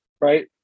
right